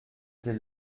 des